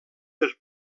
per